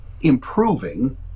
improving